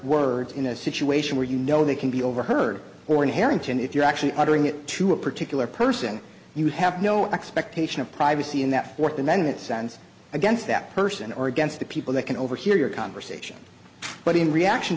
words in a situation where you know they can be overheard or in harrington if you're actually uttering it to a particular person you have no expectation of privacy in that fourth amendment sense against that person or against the people that can overhear your conversation but in reaction